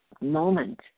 moment